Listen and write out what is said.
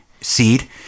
seed